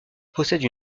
possède